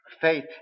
faith